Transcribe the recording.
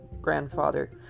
grandfather